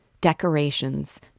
decorations